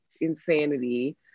insanity